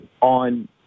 on